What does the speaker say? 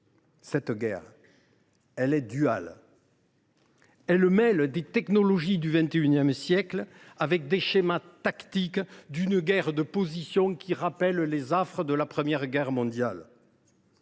Cette guerre est duale. Elle mêle les technologies du XXI siècle et les schémas tactiques d’une guerre de position qui rappelle les affres de la Première Guerre mondiale.